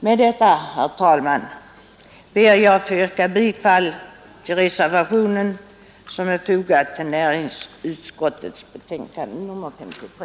Med dessa ord, herr talman, ber jag att få yrka bifall till reservationen som är fogad till näringsutskottets betänkande nr 53.